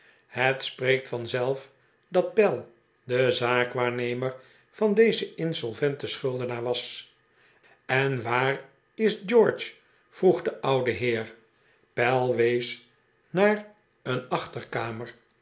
het spreekt vanzelf dat pell de zaakwaarnemer van dezen insolventen schuldenaar was en waar is george vroeg de oude heer pell wees naar een achterkamer